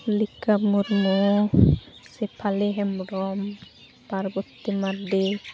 Mallika Murmu Sephali Hembrom Parbati Mardi